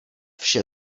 vše